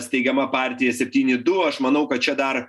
steigiama partija septyni du aš manau kad čia dar